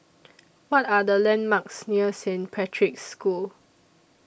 What Are The landmarks near Saint Patrick's School